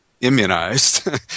immunized